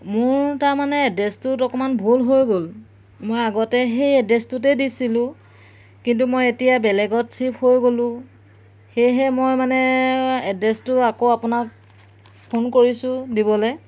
মোৰ তাৰমানে এড্ৰেছটোত অকণমান ভুল হৈ গ'ল মই আগতে সেই এড্ৰেছটোতে দিছিলোঁ কিন্তু মই এতিয়া বেলেগত শ্বিফ্ট হৈ গ'লোঁ সেয়েহে মই মানে এড্ৰেছটো আকৌ আপোনাক ফোন কৰিছোঁ দিবলৈ